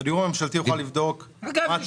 אגב,